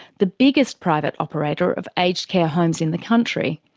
the biggest private operator of aged care homes in the country,